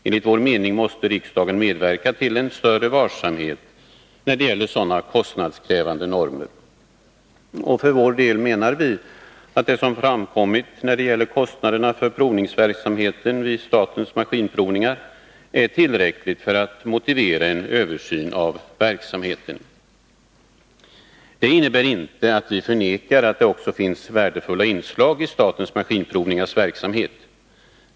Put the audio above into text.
Enligt vår mening måste riksdagen medverka till en större varsamhet när det gäller sådana kostnadskrävande normer. Det som har framkommit när det gäller kostnaderna för provningsverksamheten vid statens maskinprovningar är tillräckligt för att motivera en översyn av verksamheten. Det innebär inte att vi förnekar att det också finns värdefulla inslag i statens maskinprovningars verksamhet.